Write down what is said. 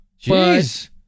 jeez